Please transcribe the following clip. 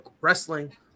wrestling